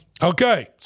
Okay